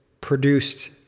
produced